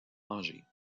angers